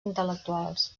intel·lectuals